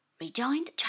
rejoined